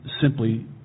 simply